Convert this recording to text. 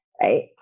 right